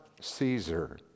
Caesar